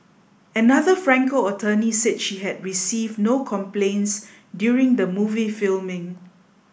another Franco attorney said she had received no complaints during the movie filming